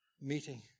meeting